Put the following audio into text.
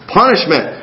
punishment